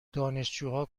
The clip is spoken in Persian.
دانشجوها